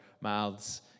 mouths